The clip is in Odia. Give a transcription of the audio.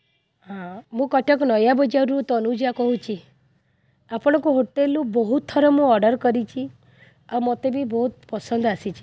ମୁଁ କଟକ ନୟାବଜାରରୁ ତନୁଜା କହୁଛି ଆପଣଙ୍କ ହୋଟେଲ୍ରୁ ବହୁତ ଥର ମୁଁ ଅର୍ଡର୍ କରିଛି ଆଉ ମୋତେ ବି ବହୁତ ପସନ୍ଦ ଆସିଛି